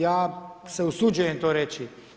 Ja se usuđujem to reći.